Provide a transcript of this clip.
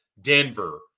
Denver